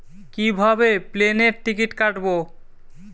কিভাবে প্লেনের টিকিট কাটব?